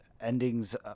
endings